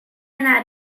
einer